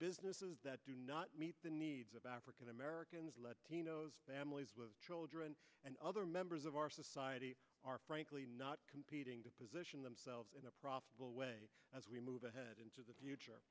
businesses that do not meet the needs of african americans latinos families with children and other members of our society are frankly not competing to position themselves in a profitable way as we move ahead into the future